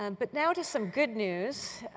um but now to some good news.